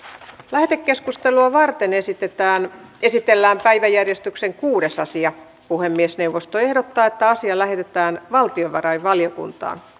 lähetekeskustelua varten esitellään päiväjärjestyksen kuudes asia puhemiesneuvosto ehdottaa että asia lähetetään valtiovarainvaliokuntaan